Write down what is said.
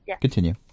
Continue